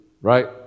right